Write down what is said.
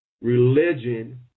religion